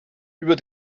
über